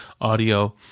audio